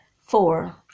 four